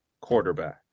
quarterback